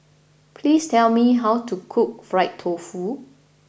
please tell me how to cook Fried Tofu